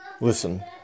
Listen